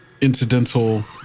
incidental